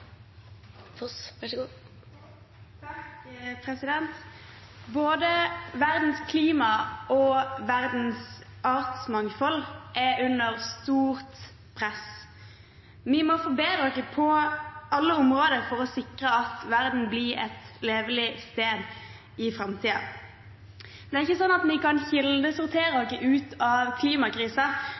under stort press. Vi må forbedre oss på alle områder for å sikre at verden blir et levelig sted i framtiden. Det er ikke sånn at vi kan kildesortere oss ut av klimakrisen,